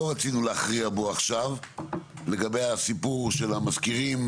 לא רצינו להכריע בו עכשיו לגבי הסיפור של המזכירים,